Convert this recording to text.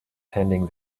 tending